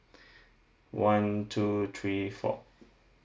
one two three four